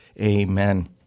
amen